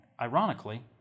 ironically